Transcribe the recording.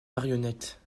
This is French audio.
marionnettes